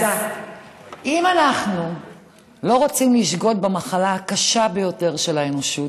אם אנחנו לא רוצים לשגות במחלה הקשה ביותר של האנושות,